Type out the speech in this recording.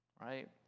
right